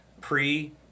pre-